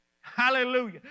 Hallelujah